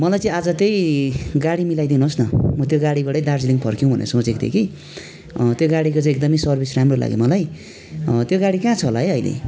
मलाई चाहिँ आज त्यही गाडी मिलाइदिनुहोस् न म त्यो गाडीबाटै दार्जिलिङ फर्कियौँ भनेर सोचेको थिएँ कि त्यो गाडीको चाहिँ एकदमै सर्विस राम्रो लाग्यो मलाई त्यो गाडी कहाँ छ होला है अहि